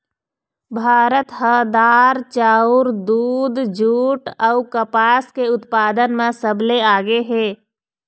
भारत ह दार, चाउर, दूद, जूट अऊ कपास के उत्पादन म सबले आगे हे